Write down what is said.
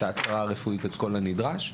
את ההצהרה הרפואית ואת כל הנדרש.